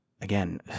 again